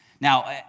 Now